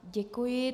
Děkuji.